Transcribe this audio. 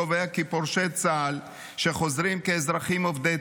קובע כי פורשי צה"ל שחוזרים כאזרחים עובדי